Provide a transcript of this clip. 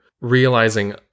Realizing